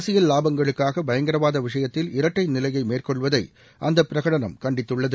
அரசியல் வாபங்களுக்காக பயங்கரவாத விஷயத்தில் இரட்டை நிலையை மேற்கொள்வதை அந்த பிரகடனம் கண்டித்துள்ளது